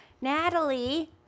Natalie